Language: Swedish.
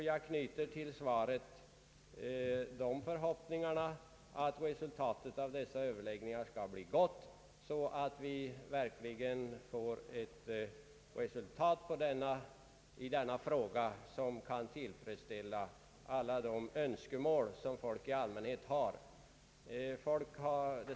Jag knyter till svaret den förhoppningen att resultatet av dessa överläggningar skall bli gott, så att vi kan få till stånd en ordning som tillfredsställer de önskemål som folk i allmänhet har.